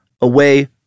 away